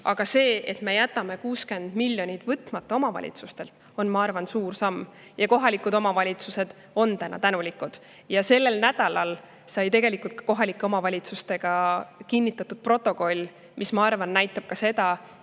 Aga see, et me jätame 60 miljonit omavalitsustelt võtmata, on minu arvates suur samm. Ja kohalikud omavalitsused on tänulikud. Sellel nädalal sai kohalike omavalitsustega kinnitatud protokoll, mis, ma arvan, näitab ka seda,